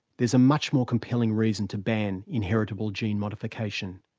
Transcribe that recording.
there's a much more compelling reason to ban inheritable gene modification.